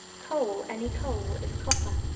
coal any coal is copper.